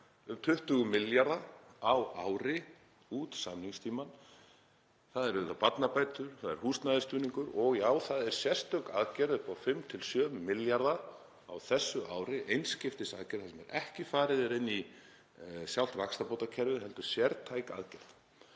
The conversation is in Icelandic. um 20 milljarða á ári út samningstímann. Það eru barnabætur og húsnæðisstuðningur. Og já, það er sérstök aðgerð upp á 5–7 milljarða á þessu ári, einskiptisaðgerð þar sem ekki er farið inn í sjálft vaxtabótakerfið heldur sértæk aðgerð.